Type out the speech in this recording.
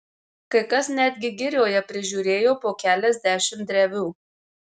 kai kas netgi girioje prižiūrėjo po keliasdešimt drevių